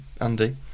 Andy